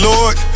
Lord